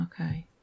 okay